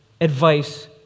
advice